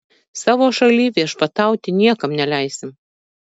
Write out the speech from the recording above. savo šalyj viešpatauti niekam neleisim